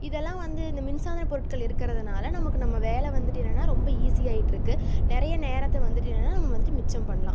இதெல்லாம் வந்து இந்த மின்சாதன பொருட்கள் இருக்கிறதுனால நமக்கு நம்ம வேலை வந்துவிட்டு என்னன்னா ரொம்ப ஈஸி ஆயிட்டுருக்கு நிறைய நேரத்தை வந்துவிட்டு என்னன்னா நம்ம வந்துவிட்டு மிச்சம் பண்ணலாம்